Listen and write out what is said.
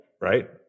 Right